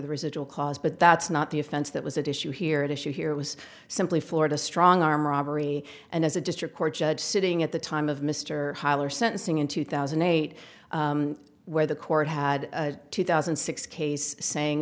the residual cause but that's not the offense that was that issue here at issue here was simply florida strong arm robbery and as a district court judge sitting at the time of mr hiler sentencing in two thousand and eight where the court had two thousand and six case saying